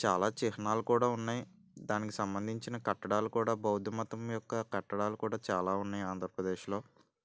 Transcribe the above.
చాలా చిహ్నాలు కూడా ఉన్నాయి దానికి సంబంధించిన కట్టడాలు కూడా బౌద్ధమతం యొక్క కట్టడాలు కూడా చాలా ఉన్నాయి ఆంధ్రప్రదేశ్లో